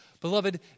Beloved